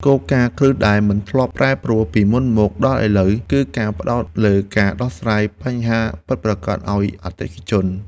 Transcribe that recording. គោលការណ៍គ្រឹះដែលមិនធ្លាប់ប្រែប្រួលពីមុនមកដល់ឥឡូវ គឺការផ្ដោតលើការដោះស្រាយបញ្ហាពិតប្រាកដឱ្យអតិថិជន។